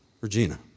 Regina